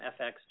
FX